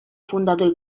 fundador